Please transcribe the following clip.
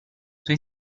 sua